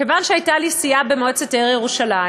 כיוון שהייתה לי סיעה במועצת העיר ירושלים,